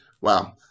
Wow